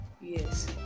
yes